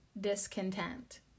discontent